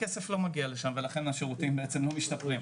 הכסף לא מגיע לשם ולכן השירותים בעצם לא משתפרים.